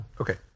Okay